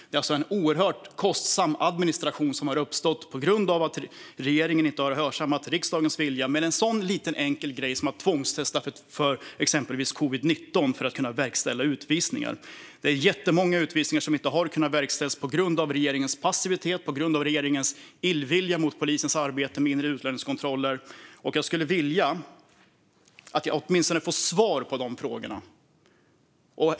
Det är alltså en oerhört kostsam administration som uppstått på grund av att regeringen inte hörsammat riksdagens vilja om en sådan liten, enkel grej som att tvångstesta för exempelvis covid-19 för att kunna verkställa utvisningar. Det är jättemånga utvisningar som inte har kunnat verkställas på grund av regeringens passivitet och illvilja mot polisens arbete med inre utlänningskontroller. Jag skulle vilja få svar åtminstone på de här frågorna.